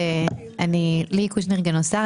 שמי ליהי קושנר גינוסר.